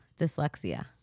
dyslexia